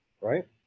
right